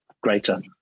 greater